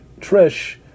Trish